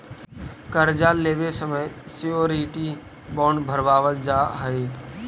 कर्जा लेवे समय श्योरिटी बॉण्ड भरवावल जा हई